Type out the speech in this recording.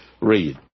read